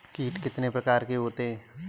कीट कितने प्रकार के होते हैं?